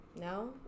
no